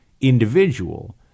individual